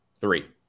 Three